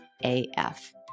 AF